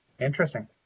Interesting